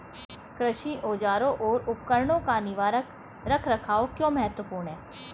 कृषि औजारों और उपकरणों का निवारक रख रखाव क्यों महत्वपूर्ण है?